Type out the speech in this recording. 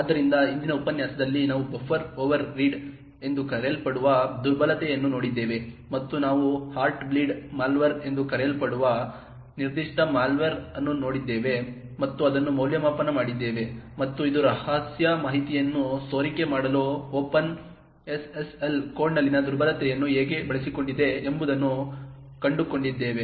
ಆದ್ದರಿಂದ ಹಿಂದಿನ ಉಪನ್ಯಾಸದಲ್ಲಿ ನಾವು ಬಫರ್ ಓವರ್ರೀಡ್ ಎಂದು ಕರೆಯಲ್ಪಡುವ ದುರ್ಬಲತೆಯನ್ನು ನೋಡಿದ್ದೇವೆ ಮತ್ತು ನಾವು ಹಾರ್ಟ್ಬ್ಲೀಡ್ ಮಾಲ್ವೇರ್ ಎಂದು ಕರೆಯಲ್ಪಡುವ ನಿರ್ದಿಷ್ಟ ಮಾಲ್ವೇರ್ ಅನ್ನು ನೋಡಿದ್ದೇವೆ ಮತ್ತು ಅದನ್ನು ಮೌಲ್ಯಮಾಪನ ಮಾಡಿದ್ದೇವೆ ಮತ್ತು ಇದು ರಹಸ್ಯ ಮಾಹಿತಿಯನ್ನು ಸೋರಿಕೆ ಮಾಡಲು ಓಪನ್ ಎಸ್ಎಸ್ಎಲ್ ಕೋಡ್ನಲ್ಲಿ ದುರ್ಬಲತೆಯನ್ನು ಹೇಗೆ ಬಳಸಿಕೊಂಡಿದೆ ಎಂಬುದನ್ನು ಕಂಡುಕೊಂಡಿದ್ದೇವೆ